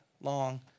long